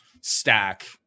stack